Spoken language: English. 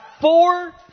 four